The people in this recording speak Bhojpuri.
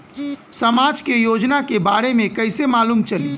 समाज के योजना के बारे में कैसे मालूम चली?